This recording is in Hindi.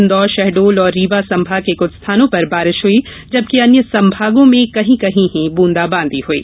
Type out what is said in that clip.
इंदौर शहडोल और रीवा संभाग में कुछ स्थानों पर बारिश हुई जबकि अन्य संभागों में कहीं कहीं ही ब्रंदाबांदी हुई